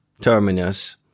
Terminus